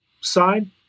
side